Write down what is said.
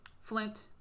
Flint